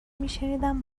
میشنیدم